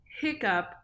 hiccup